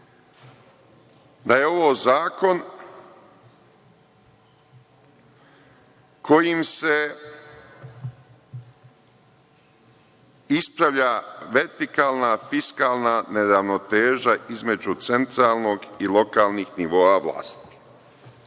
da je ovo zakon kojim se ispravlja vertikalna fiskalna neravnoteža između centralnog i lokalnih nivoa vlasti.